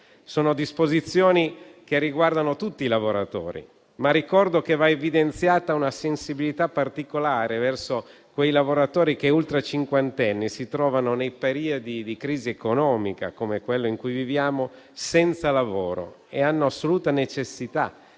Sono disposizioni che riguardano tutti i lavoratori. Ma ricordo che va evidenziata una sensibilità particolare verso quei lavoratori che, ultra cinquantenni, si trovano, nei periodi di crisi economica come quella in cui viviamo, senza lavoro e hanno assoluta necessità